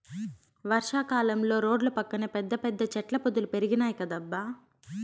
వర్షా కాలంలో రోడ్ల పక్కన పెద్ద పెద్ద చెట్ల పొదలు పెరిగినాయ్ కదబ్బా